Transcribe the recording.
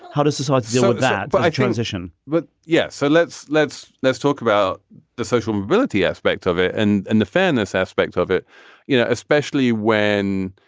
how does this ah deal with that but transition? but yes. so let's let's let's talk about the social mobility aspect of it and and the fairness aspect of it you know, especially when,